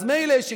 אז מילא,